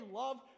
love